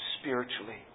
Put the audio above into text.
spiritually